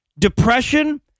depression